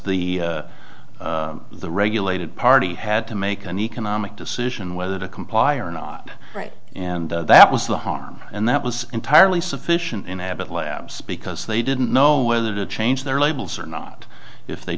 the the regulated party had to make an economic decision whether to comply or not and that was the harm and that was entirely sufficient in abbott labs because they didn't know whether to change their labels or not if they